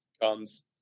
comes